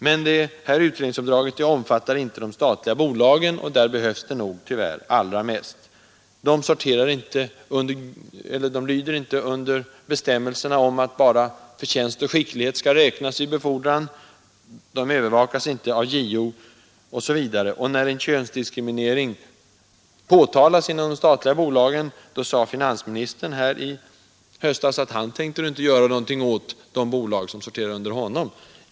Men utredningsuppdraget omfattar inte de statliga bolagen, och där behövs det kanske allra mest. De lyder inte under bestämmelsen att bara förtjänst och skicklighet skall räknas vid befordran, de övervakas inte av JO etc. När könsdiskriminering inom de statliga bolagen påtalades här i höstas förklarade finansministern att han inte tänkte ingripa.